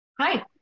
Hi